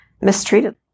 mistreated